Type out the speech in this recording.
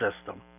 system